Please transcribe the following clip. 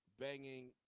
banging